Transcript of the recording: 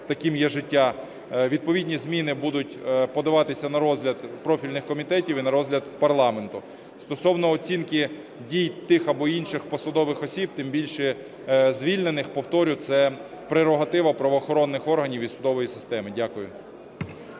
таким є життя. Відповідні зміни будуть подаватися на розгляд профільних комітетів і на розгляд парламенту. Стосовно оцінки дій тих або інших посадових осіб, тим більше звільнених, повторю, це прерогатива правоохоронних органів і судової системи. Дякую.